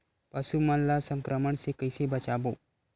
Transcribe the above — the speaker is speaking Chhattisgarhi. पशु मन ला संक्रमण से कइसे बचाबो?